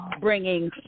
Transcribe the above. bringing